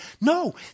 No